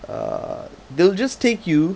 uh they will just take you